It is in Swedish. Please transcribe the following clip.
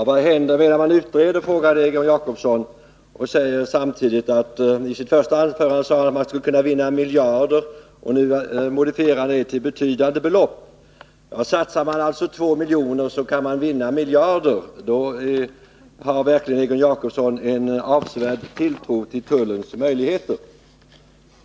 Herr talman! Egon Jacobsson undrar varför man skall utreda frågan och säger samtidigt att man skall kunna få in vissa miljarder, något som han modifierar till ”betydande belopp”. Om vi satsar 2 milj.kr. kan vi alltså vinna miljarder. Är det riktigt uppfattat har verkligen Egon Jacobsson en avsevärd tilltro till tullens möjligheter.